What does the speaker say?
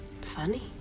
Funny